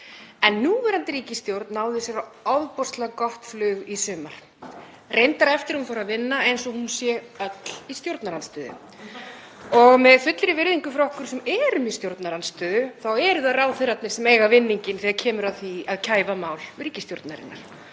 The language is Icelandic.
En ríkisstjórnin náði sér á ofboðslega gott flug í sumar, reyndar eftir að hún fór að vinna eins og hún sé öll í stjórnarandstöðu. Og með fullri virðingu fyrir okkur sem erum í stjórnarandstöðu þá eru það ráðherrarnir sem eiga vinninginn þegar kemur að því að kæfa mál ríkisstjórnarinnar.